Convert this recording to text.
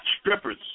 strippers